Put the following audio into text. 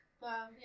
Wow